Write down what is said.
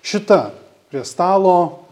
šita prie stalo